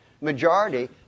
majority